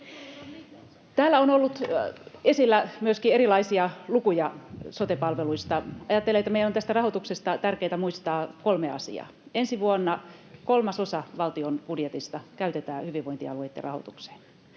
Täällä on ollut esillä myöskin erilaisia lukuja sote-palveluista. Ajattelen, että meillä on tästä rahoituksesta tärkeätä muistaa kolme asiaa: Ensi vuonna kolmasosa valtion budjetista käytetään hyvinvointialueitten rahoitukseen.